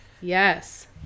Yes